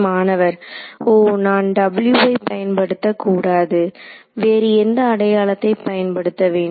மாணவர் ஓ நான் w வை பயன்படுத்த கூடாது வேறு எந்த அடையாளத்தை பயன்படுத்த வேண்டும்